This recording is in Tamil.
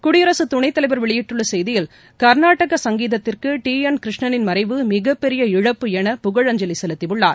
குடியரசு துணைத்தலைவர் வெளியிட்டுள்ள செய்தியில் கர்நாடக சங்கீதத்திற்கு டி என் கிருஷ்ணனின் மறைவு மிகப்பெரிய இழப்பு என புகழஞ்சலி செலுத்தியுள்ளார்